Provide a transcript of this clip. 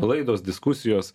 laidos diskusijos